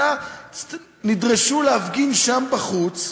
אלא נדרשו להפגין שם בחוץ.